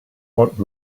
what